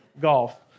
golf